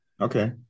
Okay